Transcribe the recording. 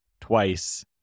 twice